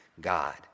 God